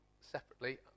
separately